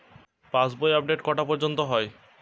পাশ বই আপডেট কটা পর্যন্ত হয়?